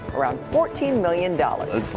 ah around fourteen million dollars.